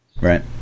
Right